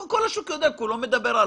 כל השוק יודע, כולו מדבר.